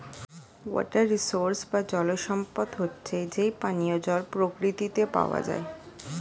water resource বা জল সম্পদ হচ্ছে যেই পানিও জল প্রকৃতিতে পাওয়া যায়